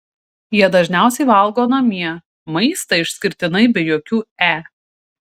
jie dažniausiai valgo namie maistą išskirtinai be jokių e